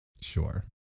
Sure